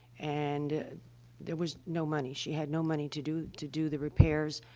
and there was no money. she had no money to do to do the repairs.